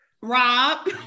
Rob